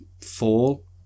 fall